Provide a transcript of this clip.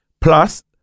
Plus